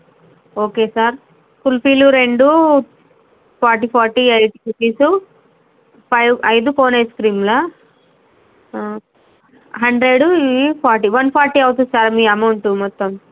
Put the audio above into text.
okay sir కుల్ఫీలు రెండు forty forty eighty rupees five ఐదు కోన్ ఐస్క్రీమ్లా హండ్రెడు ఇవి ఫార్టీ వన్ ఫార్టీ అవుతుంది సార్ మీ అమౌంటు మొత్తం